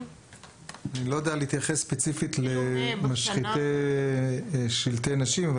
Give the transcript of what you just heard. אני לא יודע להתייחס ספציפית למשחיתי שלטי נשים,